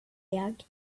jag